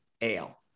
ale